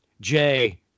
Jay